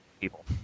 people